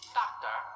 doctor